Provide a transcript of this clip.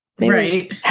Right